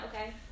okay